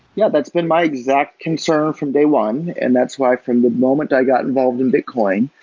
yeah, that's been my exact concern from day one. and that's why from the moment i got involved in bitcoin,